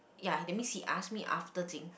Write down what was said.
ya that's mean he ask me after